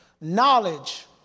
knowledge